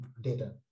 data